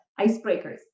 icebreakers